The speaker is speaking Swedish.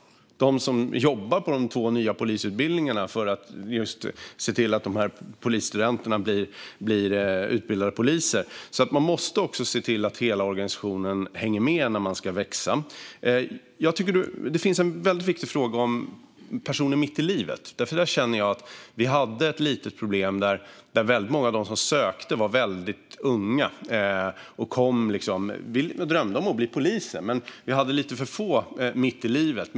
Det är de som jobbar på de två nya polisutbildningarna för att se till att polisstudenterna blir utbildade poliser. Hela organisationen måste hänga med när den ska växa. Det finns en viktig fråga om personer mitt i livet. Det var ett litet problem när många av dem som sökte var mycket unga. De drömde om att bli poliser, men det var för få som var mitt i livet.